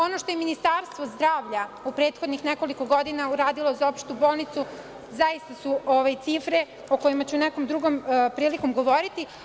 Ono što je Ministarstvo zdravlja u prethodnih nekoliko godina uradilo za opštu bolnicu, zaista su cifre o kojima ću nekom drugom prilikom govoriti.